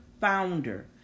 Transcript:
founder